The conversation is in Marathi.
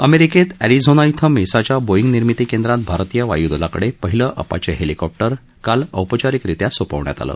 अमेरिकेत अरिंमोना ध्वे मेसाच्या बोईग निर्मिती केंद्रात भारतीय वायूदलाकडे पहिलं अपाचे हेलिकॉप्टर काल औपचारिकरित्या सोपवण्यात आलं